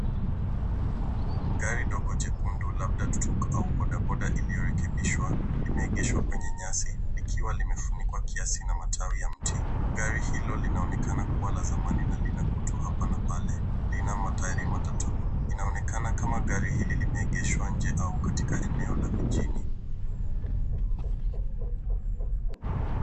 Gari ndogo jekundu labda tuktuk au bodaboda iliyoegeshwa. Imeegeshwa kwenye nyasi likiwa limefunikwa kiasi na matawi ya mti. Gari hilo linaonekana kuwa la zamani na lina kutu hapa na pale. Lina matairi matatu. Inaonekana kama gari hili limeegeshwa nje au katika eneo la mijini.